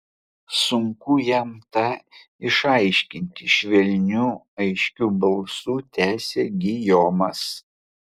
sunku jam tą išaiškinti švelniu aiškiu balsu tęsė gijomas